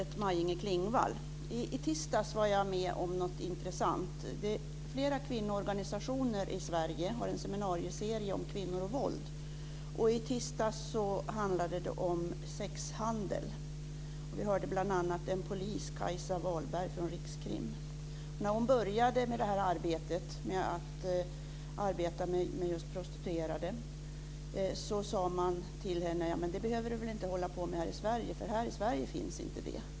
Fru talman! Jag har en fråga till statsrådet Maj I tisdags var jag med om något intressant. Flera kvinnoorganisationer i Sverige har en seminarieserie om kvinnor och våld. I tisdags handlade det om sexhandel. Vi hörde bl.a. en polis, Kajsa Wahlberg, från Rikskrim. När hon började att arbeta med prostituerade sade man till henne: Det behöver du väl inte hålla på med här i Sverige, för här i Sverige finns det ingen prostitution.